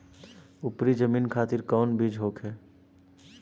उपरी जमीन खातिर कौन बीज होखे?